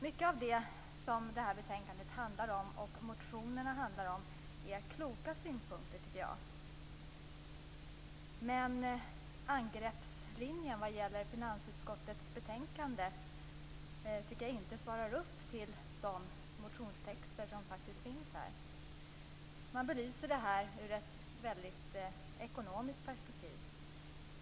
Mycket av det som det här betänkandet och motionerna handlar om är kloka synpunkter, tycker jag. Men angreppslinjen i finansutskottets betänkande tycker jag inte svarar upp mot de motionstexter som faktiskt finns här. Man belyser detta ur ett rent ekonomiskt perspektiv.